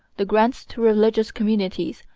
the grants to religious communities,